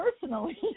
personally